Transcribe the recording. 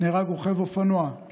נהרג רוכב אופנוע,